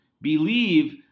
believe